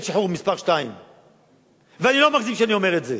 שחרור מס' 2. ואני לא מגזים כשאני אומר את זה.